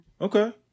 Okay